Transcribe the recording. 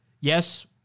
yes